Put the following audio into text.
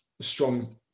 strong